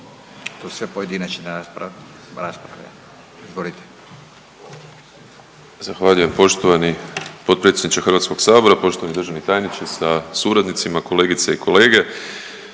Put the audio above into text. to su sve pojedinačne rasprave. Izvolite.